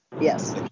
Yes